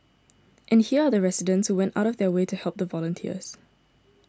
and here are the residents who went out of their way to help the volunteers